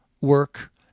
work